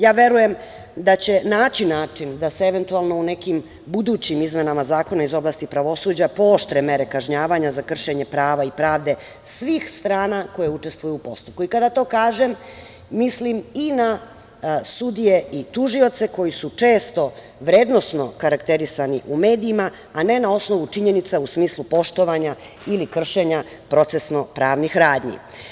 Ja verujem da će naći način da se eventualno u nekim budućim izmenama zakona iz oblasti pravosuđa, pooštre mere kažnjavanja za kršenje prava i pravde svih strana, koje učestvuju u postupku i kada to kažem, mislim i na sudije i tužioce koji su često vrednosno karakterisani u medijima a ne na osnovu činjenica u smislu poštovanja ili kršenja procesno-pravnih radnji.